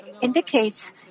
indicates